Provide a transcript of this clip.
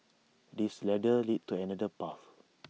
this ladder leads to another path